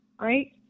right